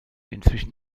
inzwischen